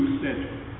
center